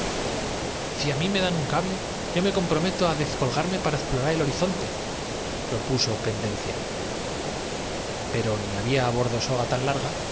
ci á mí me dan un cable yo me comprometo á para nosotros hace diez días que permanece inmóvil dezcolgarme para ezplorar el horizontepropuso pen el aparato dencia zobre todo el dijeztivo fy pero ni había á bordo soga tan larga